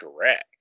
correct